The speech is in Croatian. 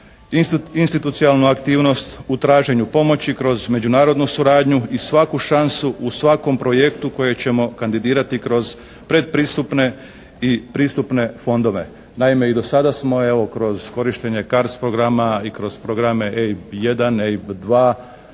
institucionalnu aktivnost, u traženju pomoći kroz međunarodnu suradnju i svaku šansu u svakom projektu koje ćemo kandidirati kroz predpristupne i pristupne fondove. Naime i do sada smo evo kroz korištenje «CARDS» programa i kroz programe «EIB 1», «EIB